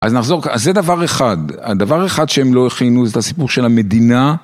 אז נחזור כאן, אז זה דבר אחד, הדבר אחד שהם לא הכינו זה הסיפור של המדינה.